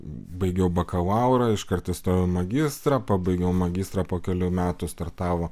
baigiau bakalaurą iš karto stojau magistrą pabaigiau magistrą po kelių metų startavo